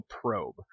Probe